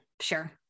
sure